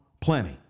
Plenty